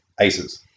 aces